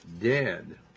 dead